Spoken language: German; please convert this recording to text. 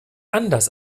anders